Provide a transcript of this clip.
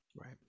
Right